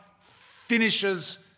finishes